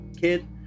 Kid